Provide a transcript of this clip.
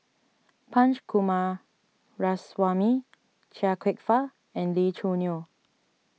Punch Coomaraswamy Chia Kwek Fah and Lee Choo Neo